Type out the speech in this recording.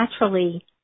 naturally